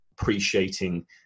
appreciating